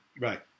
Right